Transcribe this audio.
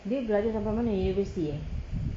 dia belajar sampai mana university eh